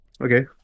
Okay